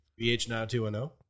VH9210